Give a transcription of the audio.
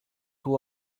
two